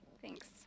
thanks